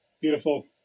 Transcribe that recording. Beautiful